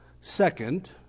second